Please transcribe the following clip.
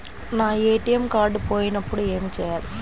నా ATM card పోయినప్పుడు ఏమి చేయాలి?